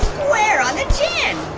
square on the chin.